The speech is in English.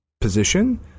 position